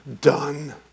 done